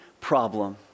problem